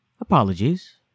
apologies